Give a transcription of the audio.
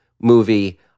movie